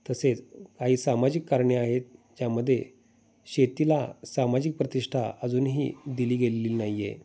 तसेच काही सामाजिक कारणे आहेत ज्यामध्ये शेतीला सामाजिक प्रतिष्ठा अजूनही दिली गेलेली नाही आहे